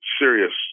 serious